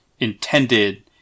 Intended